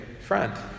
friend